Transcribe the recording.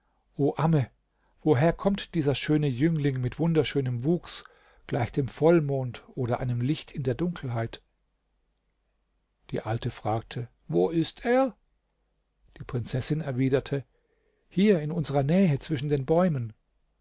amme woher kommt dieser schöne jüngling mit wunderschönem wuchs gleich dem vollmond oder einem licht in der dunkelheit die alte fragte wo ist er die prinzessin erwiderte hier in unserer nähe zwischen den bäumen